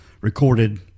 recorded